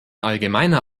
allgemeiner